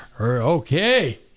Okay